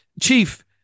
chief